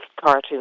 Cartoon